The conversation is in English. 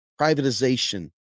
privatization